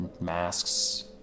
masks